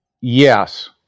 Yes